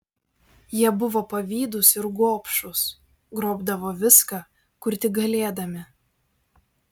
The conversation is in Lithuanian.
jie buvo pavydūs ir gobšūs grobdavo viską kur tik galėdami